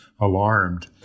alarmed